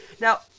Now